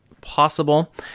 possible